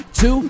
two